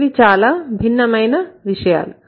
ఇవి చాలా భిన్నమైన విషయాలు